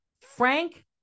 Frank